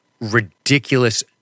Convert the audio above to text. ridiculous